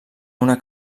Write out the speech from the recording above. una